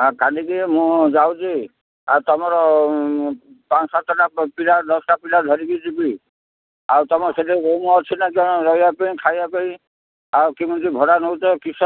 ଆ କାଲିିକି ମୁଁ ଯାଉଛି ଆଉ ତୁମର ପାଞ୍ଚ ସାତଟା ପିଲା ଦଶଟା ପିଲା ଧରିକି ଯିବି ଆଉ ତୁମ ସେଠି ରୁମ୍ ଅଛି ନା କ'ଣ ରହିବା ପାଇଁ ଖାଇବା ପାଇଁ ଆଉ କେମିତି ଭଡ଼ା ନେଉଛ କିସ